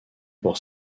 pour